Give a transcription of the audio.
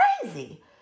crazy